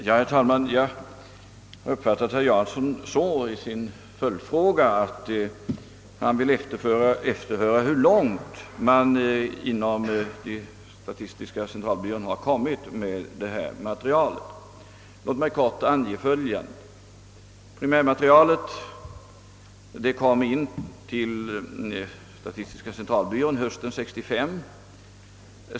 Herr talman! Jag uppfattar herr Janssons följdfråga så, att han vill höra hur långt man inom statistiska centralbyrån kommit med detta material. Låt mig därför helt kort ange följande. skrivningsmyndigheterna hösten 1965.